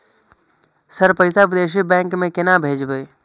Sir पैसा विदेशी bank में केना भेजबे?